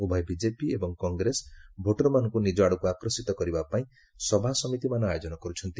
ଉଭୟ ବିଜେପି ଏବଂ କଂଗ୍ରେସ ଭୋଟରମାନଙ୍କୁ ନିଜ ଆଡକୁ ଆକର୍ଷିତ କରିବା ପାଇଁ ସଭା ସମିତିମାନ ଆୟୋଜନ କରୁଛନ୍ତି